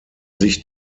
sich